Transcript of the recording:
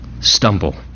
stumble